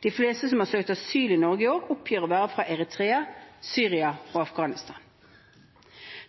De fleste som har søkt om asyl i Norge i år, oppgir å være fra Eritrea, Syria og Afghanistan.